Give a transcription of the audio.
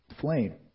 flame